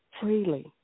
freely